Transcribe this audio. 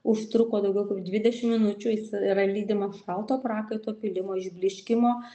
užtruko daugiau kaip dvidešimt minučių jis yra lydimas šalto prakaito pylimo išblyškimo